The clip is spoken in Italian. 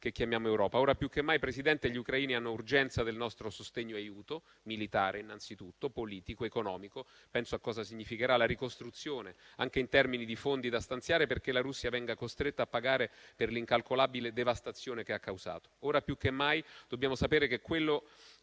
che chiamiamo Europa. Ora più che mai, signor Presidente, gli ucraini hanno urgenza del nostro sostegno e aiuto, militare innanzitutto, politico, economico. Penso a cosa significherà la ricostruzione, anche in termini di fondi da stanziare, perché la Russia venga costretta a pagare per l'incalcolabile devastazione che ha causato. Ora più che mai dobbiamo sapere che quello